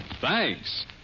Thanks